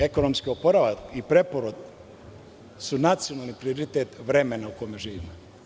Ekonomski oporavak i preporod su nacionalni prioriteti vremena u kome živimo.